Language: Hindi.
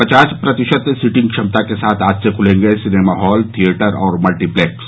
पचास प्रतिशत सीटिंग क्षमता के साथ आज से खुलेंगे सिनेमा हॉल थियेटर और मल्टीप्लेक्स